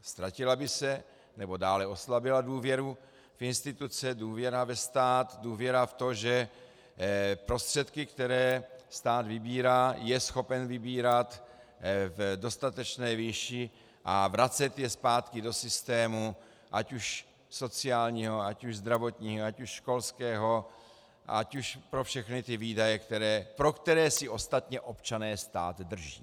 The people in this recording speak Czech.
Ztratila by se, nebo dále oslabila důvěra v instituce, důvěra ve stát, důvěra v to, že prostředky, které stát vybírá, je schopen vybírat v dostatečné výši a vracet je zpátky do systému, ať už sociálního, ať už zdravotního, ať už školského, ať už pro všechny ty výdaje, pro které si ostatně občané stát drží.